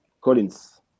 Collins